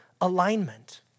alignment